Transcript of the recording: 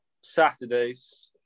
Saturdays